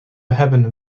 hebben